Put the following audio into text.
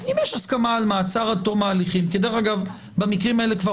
אם יש הסכמה על מעצר עד תום ההליכים כי במקרים האלה כבר